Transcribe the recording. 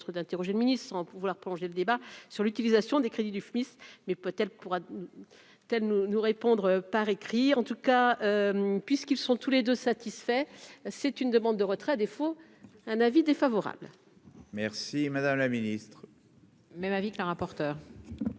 d'interroger le ministre sans pouvoir prolonger le débat sur l'utilisation des crédits du mais Potel pourra-t-elle nous nous répondre par écrit, en tout cas, puisqu'ils sont tous les 2, satisfait, c'est une demande de retrait, à défaut, un avis défavorable. Merci madame la ministre. Même avis que la rapporteure.